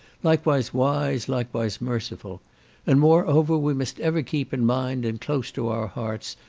likewise wise, likewise merciful and, moreover, we must ever keep in mind, and close to our hearts,